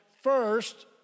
first